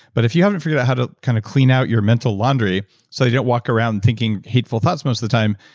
but if you haven't figured out how to kind of clean out your mental laundry so you don't walk around thinking hateful thoughts most of the time,